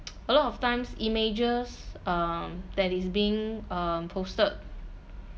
a lot of times images um that is being uh posted